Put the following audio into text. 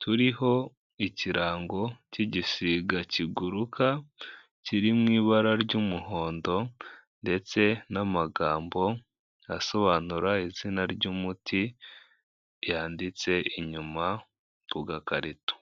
turiho ikirango cy'igisiga kiguruka; kiri mu ibara ry'umuhondo ndetse n'amagambo asobanura izina ry'umuti, yanditse inyuma ku gakarito.